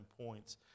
points